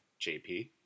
jp